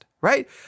right